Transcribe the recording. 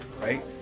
right